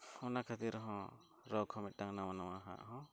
ᱚᱱᱟ ᱠᱷᱟᱹᱛᱤᱨ ᱦᱚᱸ ᱨᱳᱜᱽ ᱦᱚᱸ ᱢᱮᱴᱟᱣᱱᱟ